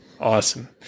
Awesome